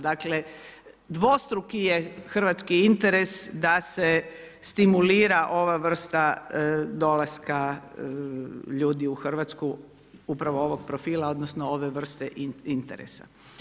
Dakle, dvostruki je hrvatski interes da se stimulira ova vrsta dolaska ljudi u Hrvatsku, upravo ovog profila odnosno ove vrste interesa.